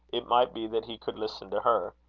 it might be that he could listen to her.